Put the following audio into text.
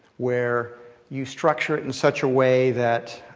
where you structure it in such a way, that